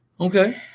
Okay